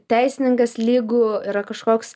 teisininkas lygu yra kažkoks